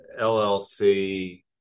LLC